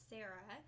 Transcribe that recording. Sarah